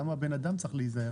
למה הבן אדם צריך להיזהר,